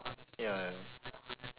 ya ya